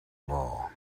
law